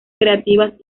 creativas